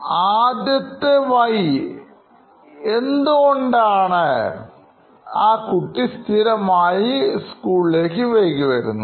ആദ്യത്തെ വൈഎന്തുകൊണ്ടാണ് ആ കുട്ടി സ്ഥിരമായി സ്കൂളിലേക്ക് വൈകി വരുന്നത്